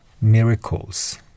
miracles